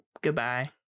Goodbye